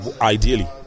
ideally